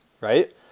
right